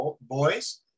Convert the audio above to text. boys